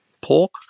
pork